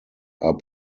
are